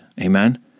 Amen